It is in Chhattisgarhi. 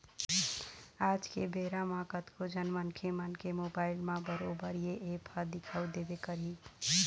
आज के बेरा म कतको झन मनखे मन के मोबाइल म बरोबर ये ऐप ह दिखउ देबे करही